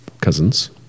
cousins